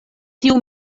tiu